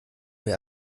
wir